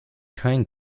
kind